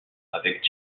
avec